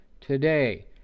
today